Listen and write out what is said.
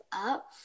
up